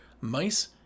mice